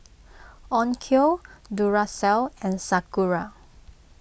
Onkyo Duracell and Sakura